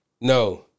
No